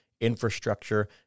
infrastructure